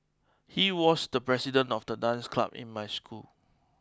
he was the president of the dance club in my school